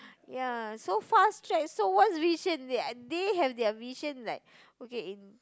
ya so fast track so why vision they have their mission like okay in